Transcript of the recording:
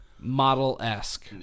model-esque